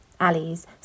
alleys